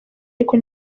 ariko